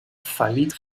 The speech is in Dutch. failliet